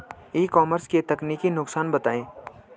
ई commerce के तकनीकी नुकसान बताएं?